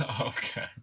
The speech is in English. Okay